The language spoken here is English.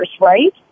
right